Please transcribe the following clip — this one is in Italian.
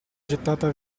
gettata